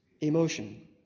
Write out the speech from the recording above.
emotion